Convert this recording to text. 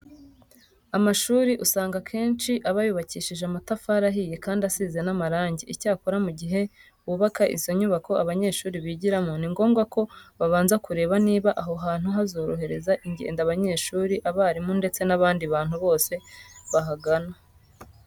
Amashuri usanga akenshi aba yubakishije amatafari ahiye kandi asize n'amarange. Icyakora mu gihe bubaka izo nyubako abanyeshuri bigiramo, ni ngombwa ko babanza kureba niba aho hantu hazorohereza ingendo abanyeshuri, abarimu ndetse n'abandi bantu bose bahagana.